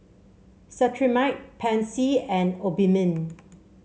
Cetrimide Pansy and Obimin